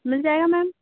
मिल जाएगा मैम